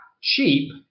cheap